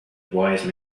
wise